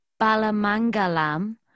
Balamangalam